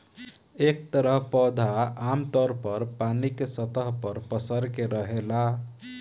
एह तरह पौधा आमतौर पर पानी के सतह पर पसर के रहेला